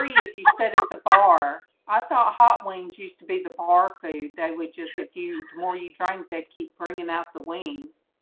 three if you sit at the bar i thought hot wings used to be the bar food. they would just with you the more you drink they keep bringing out the wings.